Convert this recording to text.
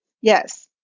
Yes